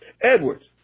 Edwards